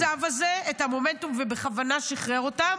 -- המצב הזה, את המומנטום, ובכוונה שחרר אותן.